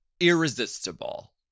irresistible